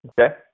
Okay